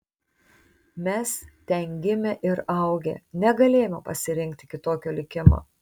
mes ten gimę ir augę negalėjome pasirinkti kitokio likimo